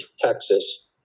Texas